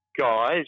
guys